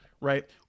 right